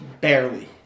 barely